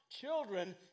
children